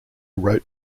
wrote